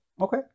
Okay